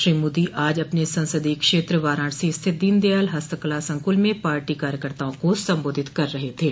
श्री मोदी आज अपने संसदीय क्षेत्र वाराणसी स्थित दीन दयाल हस्तकला सकुल में पार्टी कार्यकताओं को संबोधित कर रहे थे